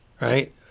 right